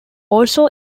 also